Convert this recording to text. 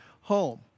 home